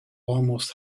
almost